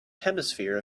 hemisphere